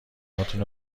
هاتون